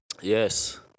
Yes